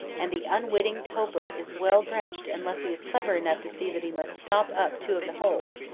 and the unwitting toper is well drenched unless he is clever enough to see that he must stop up two of the holes,